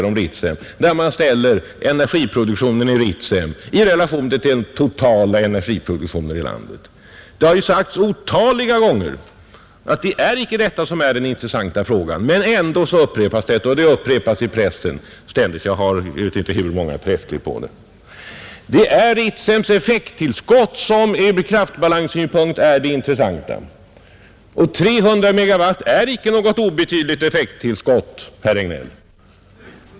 De som framför argument av denna typ måste veta att det är ett utomordentligt demagogiskt sätt att resonera, Det har otaliga gånger sagts att det inte är detta som är den intressanta frågan, men ändå upprepas det ständigt, inte minst i pressen; jag har, jag vet inte hur många pressklipp om det. Det är Ritsems effekttillskott som ur kraftbalanssynpunkt är det intressanta. Och 300 megawatt är inte något obetydligt effekttillskott, herr Regnéll.